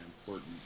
important